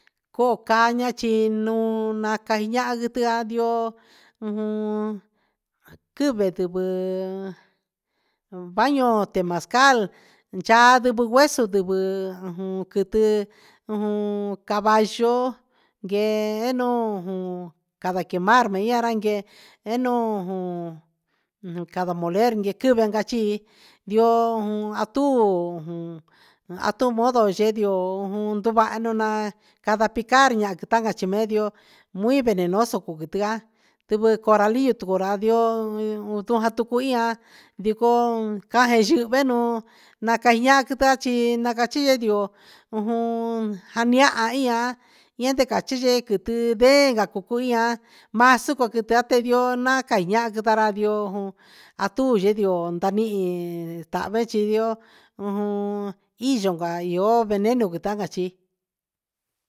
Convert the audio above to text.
Joo caa a chi un na cahin ahan iyoo ujun quɨvɨ ta ve bao temazcal cha tu hueso quiti ujun caballo quee nuun para quemar vinquee re para moler ta quivi cachi a ndio a tu a tu modo yee nduvaha nunaan para picar tacan chi medio muy venenoso cuu quitian sivɨ coralillo tu va ra ndio tu ja tuci ia ndicoo caje yi venu na cae quiti a ca chi eyoo ujun janiaha ian e te cajian quiti ndee ca cu cuian maan si que quiti quian va va ca ra ndio a tu ye ndio nda nihin tahan ve chi io ujun iyo va io veneno cuu ta chi.